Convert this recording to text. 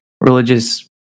religious